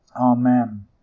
Amen